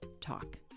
talk